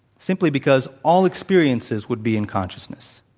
simply because all experiences would be in consciousness.